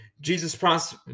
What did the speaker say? Jesus